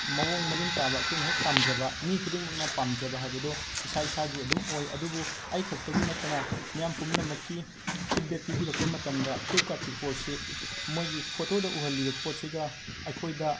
ꯃꯑꯣꯡ ꯃꯔꯤꯟ ꯇꯥꯕ ꯑꯩꯈꯣꯏꯅ ꯍꯦꯛ ꯄꯥꯝꯖꯕ ꯃꯤ ꯈꯨꯗꯤꯡꯃꯛꯅ ꯄꯥꯝꯖꯕ ꯍꯥꯏꯕꯗꯣ ꯏꯁꯥ ꯏꯁꯥꯒꯤ ꯑꯗꯨꯝ ꯑꯣꯏ ꯑꯗꯨꯕꯨ ꯑꯩ ꯈꯛꯇꯒꯤ ꯅꯠꯇꯅ ꯃꯤꯌꯥꯝ ꯄꯨꯝꯅꯃꯛꯀꯤ ꯐꯤꯠꯕꯦꯛ ꯄꯤꯕꯤꯔꯛꯄ ꯃꯇꯝꯗ ꯐ꯭ꯂꯤꯞ ꯀꯥꯔꯠꯀꯤ ꯄꯣꯠꯁꯤ ꯃꯣꯏꯒꯤ ꯐꯣꯇꯣꯗ ꯎꯍꯜꯂꯤꯕ ꯄꯣꯠꯁꯤꯒ ꯑꯩꯈꯣꯏꯗ